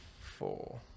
four